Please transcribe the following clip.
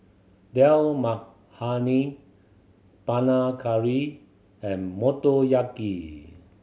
Dal Makhani Panang Curry and Motoyaki